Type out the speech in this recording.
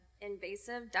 invasive